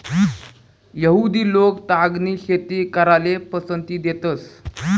यहुदि लोक तागनी शेती कराले पसंती देतंस